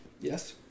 Yes